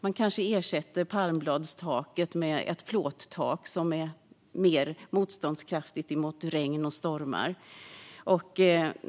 Man kanske ersätter palmbladstaket med ett plåttak som är mer motståndskraftigt mot regn och stormar.